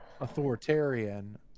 authoritarian